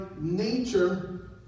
nature